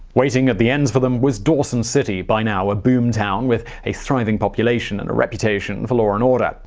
waiting at the end for them was dawson city, by now a boom town with a thriving population and a reputation and for law and order.